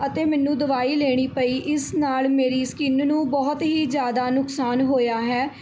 ਅਤੇ ਮੈਨੂੰ ਦਵਾਈ ਲੈਣੀ ਪਈ ਇਸ ਨਾਲ਼ ਮੇਰੀ ਸਕਿਨ ਨੂੰ ਬਹੁਤ ਹੀ ਜ਼ਿਆਦਾ ਨੁਕਸਾਨ ਹੋਇਆ ਹੈ